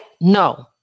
No